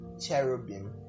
cherubim